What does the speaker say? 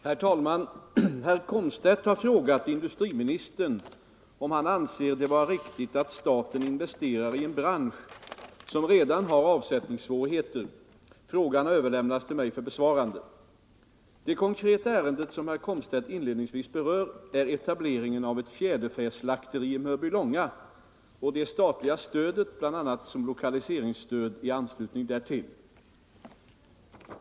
Herr talman! Herr Komstedt har frågat industriministern om han anser det vara riktigt att staten investerar i en bransch som redan har avsättningssvårigheter. Frågan har överlämnats till mig för besvarande. Det konkreta ärende som herr Komstedt inledningsvis berör är eta bleringen av ett fjäderfäslakteri i Mörbylånga och det statliga stödet — bl.a. som lokaliseringsstöd — i anslutning därtill.